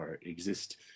exist